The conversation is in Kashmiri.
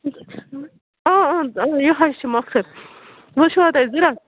یِہوے چھِ مۄخثر وٕ چھُوا تۄہہِ ضوٚرَتھ